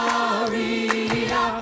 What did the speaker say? Maria